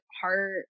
heart